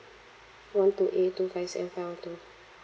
one two eight two five six and five one two